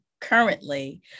currently